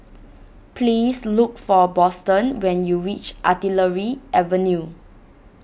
please look for Boston when you reach Artillery Avenue